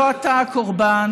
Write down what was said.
לא אתה הקורבן,